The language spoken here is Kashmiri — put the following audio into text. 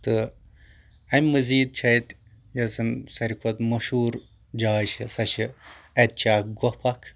تہٕ اَمہِ مٔزیٖد چھِ اَتہِ یۄس زَن ساروی کھۄتہٕ زیادٕ مشہوٗر جاے چھِ سۄ چھِ اَتہِ چھِ اکھ گۄپھ اکھ